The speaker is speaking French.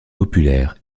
populaire